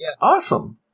Awesome